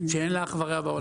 שאין לה אח ורע בעולם.